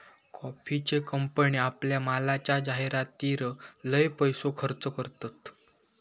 कॉफीचे कंपने आपल्या मालाच्या जाहीरातीर लय पैसो खर्च करतत